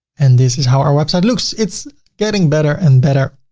and this is how our website looks. it's getting better and better.